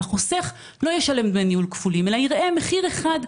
שהחוסך לא ישלם דמי ניהול כפולים אלא יראה מחיר אחד.